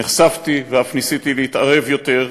נחשפתי, ואף ניסיתי להתערב יותר,